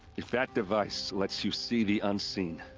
if that device lets you see the unseen.